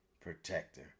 protector